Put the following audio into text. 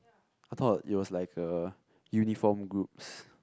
I thought it was like a uniform groups